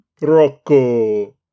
Rocco